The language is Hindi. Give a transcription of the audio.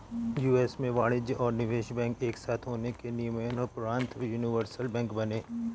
यू.एस में वाणिज्यिक और निवेश बैंक एक साथ होने के नियम़ोंपरान्त यूनिवर्सल बैंक बने